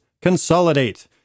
consolidate